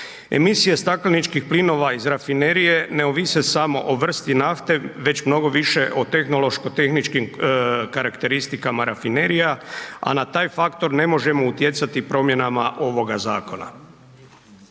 Emisija stakleničkih plinova iz rafinerije ne ovise samo o vrsti nafte, već mnogo više od tehnološko-tehničkih karakteristika rafinerija, a na taj faktor ne možemo utjecati promjenama ovoga zakona.